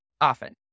often